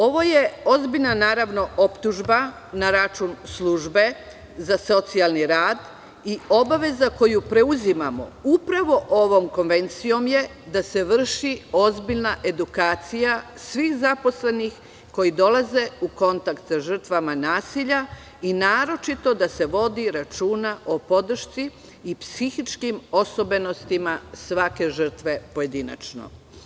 Ovo je, naravno, ozbiljna optužba na račun Službe za socijalni rad i obaveza koju preuzimamo upravo ovom konvencijom je da se vrši ozbiljna edukacija svih zaposlenih koji dolaze u kontakt sa žrtvama nasilja i naročito da se vodi računa o podršci i psihičkim osobenostima svake žrtve pojedinačno.